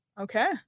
Okay